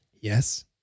yes